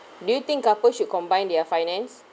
do you think couple should combine their finance